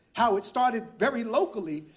how it started very locally.